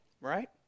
right